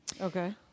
Okay